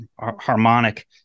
harmonic